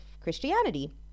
christianity